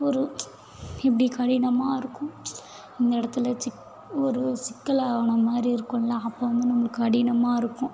ஒரு இப்படி கடினமாக இருக்கும் அந்த இடத்துல சி ஒரு சிக்கலானமாதிரி இருக்கும்ல அப்போ வந்து நம்மளுக்கு கடினமாக இருக்கும்